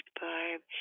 Barb